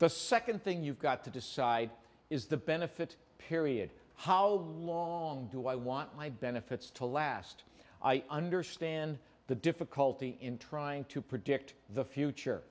the second thing you've got to decide is the benefits period how long do i want my benefits to last i understand the difficulty in trying to predict the future